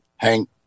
Hank